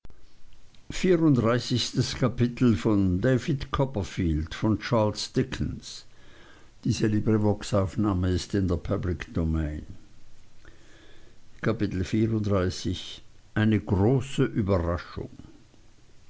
eine große überraschung